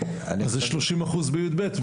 אז 30% הם בי"ב,